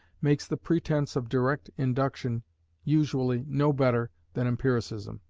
makes the pretence of direct induction usually no better than empiricism.